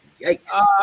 Yikes